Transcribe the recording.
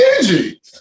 dingy